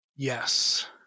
Yes